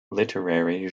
literary